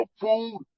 food